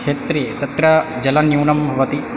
क्षेत्रे तत्र जलं न्यूनं भवति